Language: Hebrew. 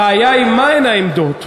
הבעיה היא מה הן העמדות.